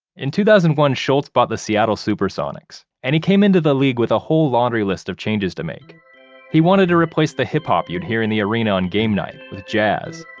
in two thousand and one, schultz bought the seattle supersonics and he came into the league with a whole laundry list of changes to make he wanted to replace the hip hop you'd hear in the arena on game night with jazz.